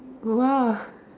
!wah!